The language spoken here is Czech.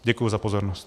Děkuji za pozornost.